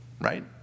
right